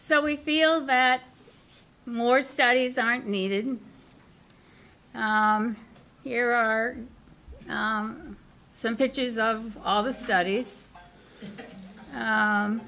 so we feel that more studies aren't needed here are some pictures of all the studies